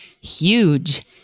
huge